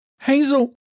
Hazel